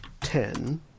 ten